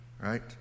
Right